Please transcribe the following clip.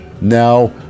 Now